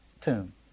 tomb